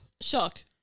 Shocked